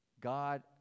God